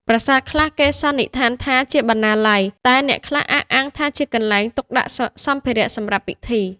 ប្រាសាទខ្លះគេសន្និដ្ឋានថាជាបណ្ណាល័យ តែអ្នកខ្លះអះអាងថាជាកន្លែងទុកដាក់សម្ភារៈសម្រាប់ពិធី។